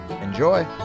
Enjoy